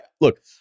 look